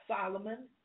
Solomon